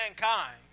mankind